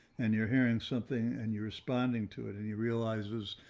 and you're hearing something and you're responding to it. and he realizes,